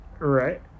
Right